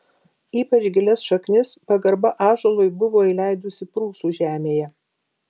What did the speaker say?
ypač gilias šaknis pagarba ąžuolui buvo įleidusi prūsų žemėje